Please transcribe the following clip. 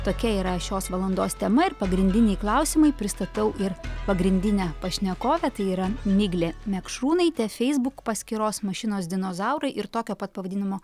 tokia yra šios valandos tema ir pagrindiniai klausimai pristatau ir pagrindinę pašnekovę tai yra miglė mekšriūnaitė facebook paskyros mašinos dinozaurai ir tokio pat pavadinimo